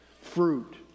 fruit